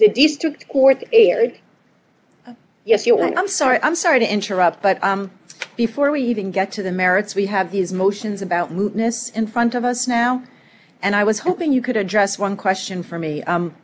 the district court erred yes you i'm sorry i'm sorry to interrupt but before we even get to the merits we have these motions about mutinous in front of us now and i was hoping you could address one question for me